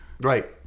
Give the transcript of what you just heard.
Right